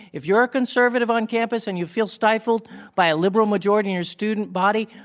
if you're a conservative on campus, and you feel stifled by a liberal majority in your student body,